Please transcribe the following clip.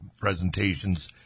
presentations